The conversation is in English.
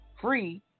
Free